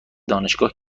دانشگاه